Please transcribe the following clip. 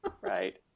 Right